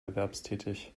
erwerbstätig